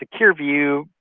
SecureView